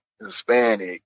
Hispanic